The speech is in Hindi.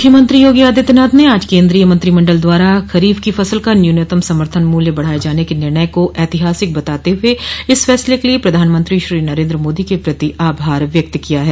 मुख्यमंत्री योगी आदित्यनाथ ने आज केन्द्रीय मंत्रिमण्डल द्वारा खरीफ की फसल का समर्थन मूल्य बढ़ाये जाने के निर्णय को ऐतिहासिक बताते हुए इस फैसले के लिए प्रधानमंत्री श्री नरेन्द्र मोदी के प्रति आभार व्यक्त किया है